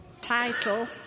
title